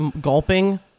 Gulping